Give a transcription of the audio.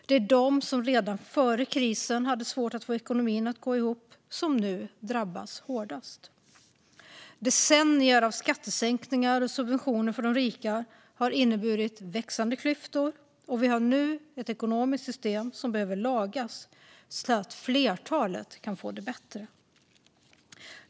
Det är de som redan före krisen hade svårt att få ekonomin att gå ihop som nu drabbas hårdast. Decennier av skattesänkningar och subventioner för de rika har inneburit växande klyftor, och vi har nu ett ekonomiskt system som behöver lagas, så att flertalet kan få det bättre.